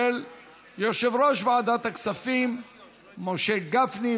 של יושב-ראש ועדת הכספים משה גפני,